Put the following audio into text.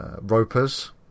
ropers